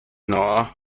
now